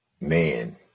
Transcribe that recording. man